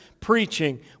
preaching